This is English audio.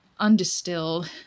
undistilled